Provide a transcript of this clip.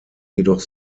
jedoch